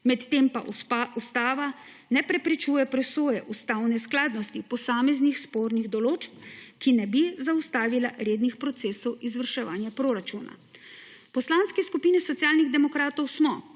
Medtem pa ustava ne preprečuje presoje ustavne skladnosti posameznih spornih določb, ki ne bi zaustavile rednih procesov izvrševanja proračuna. V Poslanski skupini Socialnih demokratov smo